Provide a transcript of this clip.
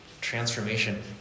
Transformation